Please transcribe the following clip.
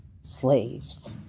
slaves